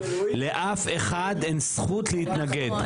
לאף אחד אין זכות להתנגד.